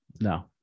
No